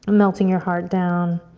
melting your heart down.